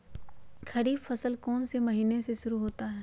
खरीफ फसल कौन में से महीने से शुरू होता है?